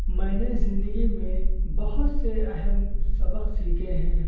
میں نے زندگی میں بہت سے اہم سبق سیکھے ہیں